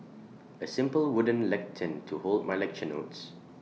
A simple wooden lectern to hold my lecture notes